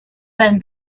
then